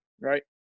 right